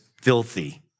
filthy